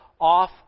off